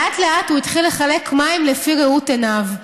לאט-לאט הוא התחיל לחלק מים לפי ראות עיניו.